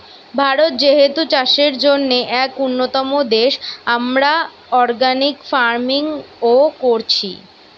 ভারত যেহেতু চাষের জন্যে এক উন্নতম দেশ, আমরা অর্গানিক ফার্মিং ও কোরছি